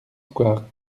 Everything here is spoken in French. square